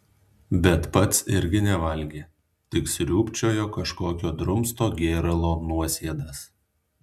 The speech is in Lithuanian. bet pats irgi nevalgė tik sriūbčiojo kažkokio drumsto gėralo nuosėdas